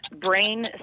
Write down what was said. Brain